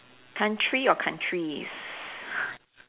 country or countries